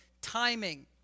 timing